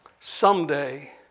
Someday